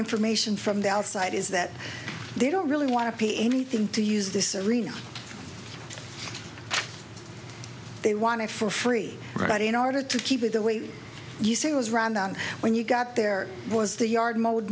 information from the outside is that they don't really want to pay anything to use this arena they want it for free but in order to keep it the way you say it was round on when you got there was the yard mo